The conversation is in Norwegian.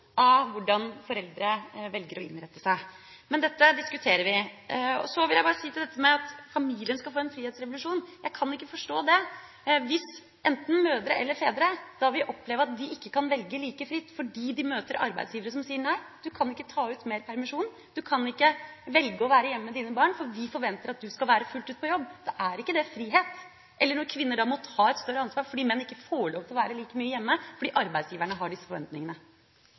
hvordan foreldre velger å innrette seg. Men dette diskuterer vi. Så vil jeg bare si til dette med at familien skal få en frihetsrevolusjon, at jeg ikke kan forstå det. Hvis enten mødre eller fedre vil oppleve at de ikke kan velge like fritt fordi de møter arbeidsgivere som sier nei, du kan ikke ta ut mer permisjon, du kan ikke velge å være hjemme med dine barn, for vi forventer at du skal være fullt ut på jobb, er ikke det frihet – eller når kvinner må ta et større ansvar fordi menn ikke får lov til å være like mye hjemme fordi arbeidsgiverne har disse forventningene.